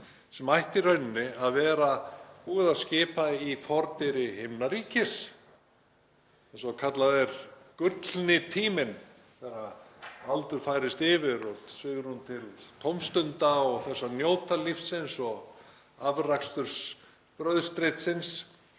sem ætti í rauninni að vera búið að skipa í fordyri himnaríkis eins og kallað er, gullni tíminn. Þegar aldur færist yfir og svigrúm til tómstunda og þess að njóta lífsins og afraksturs brauðstrits